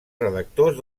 redactors